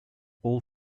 all